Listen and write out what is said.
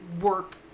work